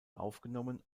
aufgenommen